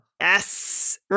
Yes